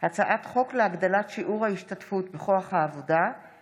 הצעת חוק הרשויות המקומיות (ממונה על בטיחות ילדים),